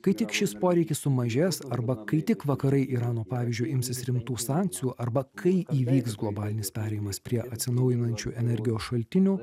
kai tik šis poreikis sumažės arba kai tik vakarai irano pavyzdžiu imsis rimtų sankcijų arba kai įvyks globalinis perėjimas prie atsinaujinančių energijos šaltinių